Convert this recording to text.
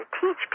teach